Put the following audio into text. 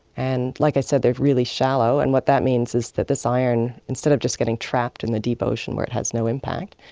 and like i said, they are really shallow, and what that means is that this iron, instead of just getting trapped in the deep ocean where it has no impact,